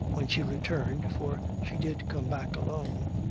when she returned, for she did come back alone,